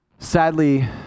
sadly